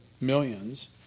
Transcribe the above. millions